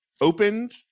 opened